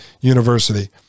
University